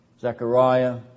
Zechariah